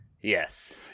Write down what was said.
Yes